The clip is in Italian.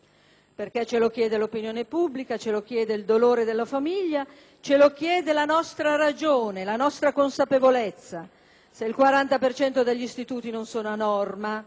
perché lo chiede l'opinione pubblica, lo chiede il dolore della famiglia e lo chiedono la nostra ragione, la nostra consapevolezza. Se il 40 per cento degli istituti non è a norma